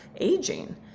aging